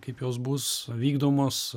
kaip jos bus vykdomos